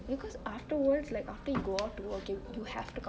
because afterwards like after you go out to work you have to